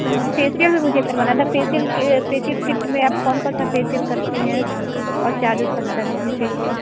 facial भी मुझे करवाना था फेशियल फेशियल किट में आप कौन कौन सा फेशियल करती हैं और चार्जेज़ का बता दीजिए फेशियल